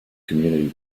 community